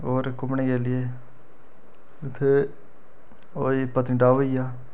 होर घूमने गी लेई उत्थें ओह् होई गेई पत्नीटाप होई गेआ